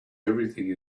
everything